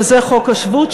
שזה חוק השבות,